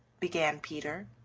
began peter.